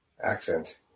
accent